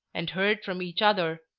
and heard from each other,